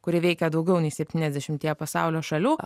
kuri veikia daugiau nei septyniasdešimtyje pasaulio šalių